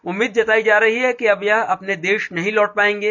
उम्मीद जताई जा रही है कि अब यह अपने देश नहीं लौट पाएंगे